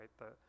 right